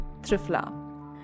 Trifla